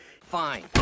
Fine